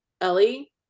ellie